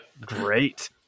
great